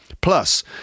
Plus